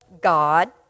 God